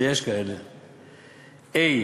ויש כאלה; ה.